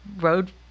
road